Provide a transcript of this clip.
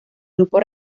grupo